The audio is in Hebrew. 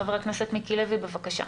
חבר הכנסת מיקי לוי, בבקשה.